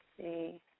See